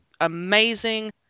amazing